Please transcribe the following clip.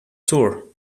tour